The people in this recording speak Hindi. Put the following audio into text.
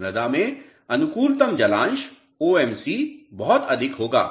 मृदा में अनुकुलतम जलांश ओएमसी बहुत अधिक होगा